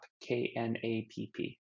K-N-A-P-P